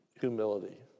humility